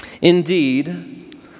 Indeed